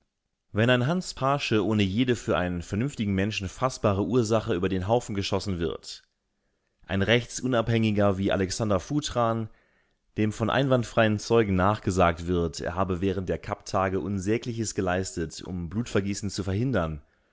wenn ein hans paasche ohne jede für einen vernünftigen menschen faßbare ursache über den haufen geschossen wird ein rechtsunabhängiger wie alexander futran dem von einwandfreien zeugen nachgesagt wird er habe während der kapp-tage unsägliches geleistet um blutvergießen zu verhindern